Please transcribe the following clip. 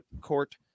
court